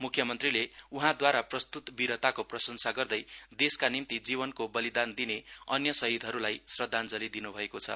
मुख्यमन्त्रीले उहाँद्वारा प्रस्तुत विरताको प्रशंसा गर्दै देशका निम्ति जीवनको बलिदान दिने अन्य शहीदहरुलाई श्रद्धाञ्जली दिनुभएको छ